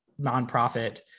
nonprofit